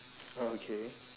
oh okay